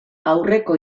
aurreko